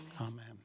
Amen